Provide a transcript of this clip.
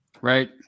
Right